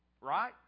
right